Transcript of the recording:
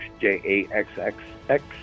J-A-X-X-X